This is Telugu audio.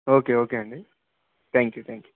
ఓకే ఓకే అండి త్యాంక్ యూ త్యాంక్ యూ